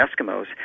Eskimos